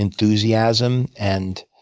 enthusiasm, and